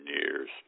years